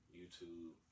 YouTube